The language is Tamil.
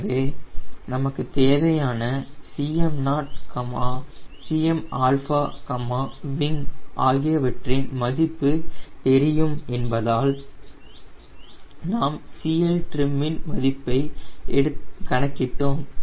எனவே நமக்கு ஏற்கனவே Cm0 Cm விங் ஆகியவற்றின் மதிப்பு தெரியும் என்பதால் நாம் CLtrim இன் மதிப்பை கணக்கிட்டோம்